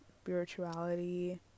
spirituality